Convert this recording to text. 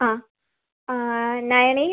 ആ ആ nine eight